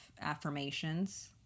affirmations